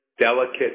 delicate